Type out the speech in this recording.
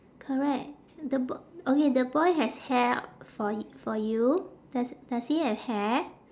correct the b~ okay the boy has hair for y~ for you does does he have hair